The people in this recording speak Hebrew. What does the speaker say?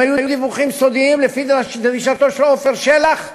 הם היו דיווחים סודיים לפי דרישתו של עפר שלח.